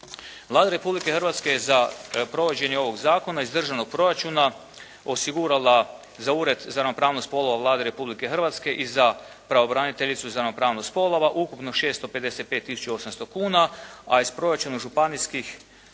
Vlada Republike Hrvatske je za provođenje ovog zakona iz državnog proračuna osigurala za Ured za ravnopravnost spolova Vlade Republike Hrvatske i za pravobraniteljicu za ravnopravnost spolova ukupno 655 tisuća 800 kuna, a iz proračuna županijskih